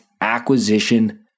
acquisition